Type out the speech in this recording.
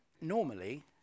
normally